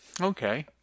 Okay